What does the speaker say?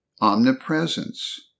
omnipresence